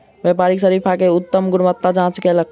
व्यापारी शरीफा के उत्तम गुणवत्ताक जांच कयलक